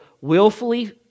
willfully